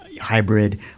hybrid